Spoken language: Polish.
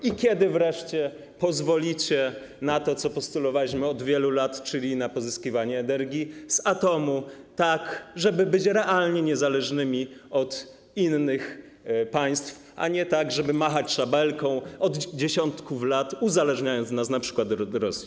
I kiedy wreszcie pozwolicie na to, co postulowaliśmy od wielu lat, czyli na pozyskiwanie energii z atomu, tak żeby być realnie niezależnymi od innych państw, a nie machać szabelką od dziesiątków lat i być uzależnionymi np. od Rosji?